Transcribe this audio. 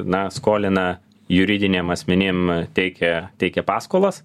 na skolina juridiniem asmenim teikia teikė paskolas